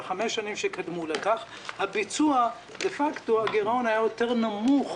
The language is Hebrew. בחמש השנים שקדמו לכך בביצוע דה פקטו הגירעון היה נמוך יותר